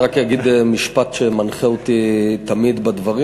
אני רק אגיד משפט שמנחה אותי תמיד בדברים